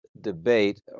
debate